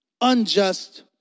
unjust